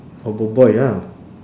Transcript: boboiboy ah